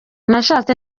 nashatse